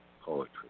poetry